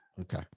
Okay